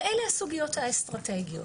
ואלה הסוגיות האסטרטגיות.